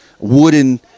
wooden